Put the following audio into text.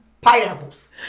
Pineapples